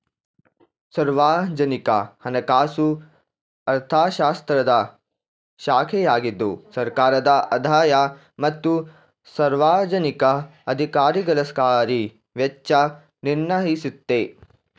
ಸಾರ್ವಜನಿಕ ಹಣಕಾಸು ಅರ್ಥಶಾಸ್ತ್ರದ ಶಾಖೆಯಾಗಿದ್ದು ಸರ್ಕಾರದ ಆದಾಯ ಮತ್ತು ಸಾರ್ವಜನಿಕ ಅಧಿಕಾರಿಗಳಸರ್ಕಾರಿ ವೆಚ್ಚ ನಿರ್ಣಯಿಸುತ್ತೆ